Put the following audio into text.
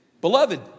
Beloved